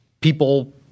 people